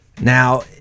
Now